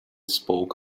spoke